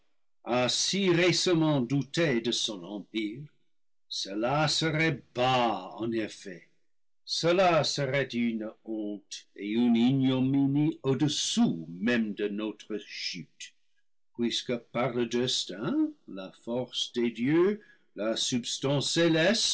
a si récemment douté de son empire cela serait bas en effet cela serait une honte et une ignominie au-dessous même de notre chute puisque par le destin la force des dieux la substance